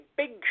big